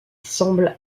semble